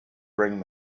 bring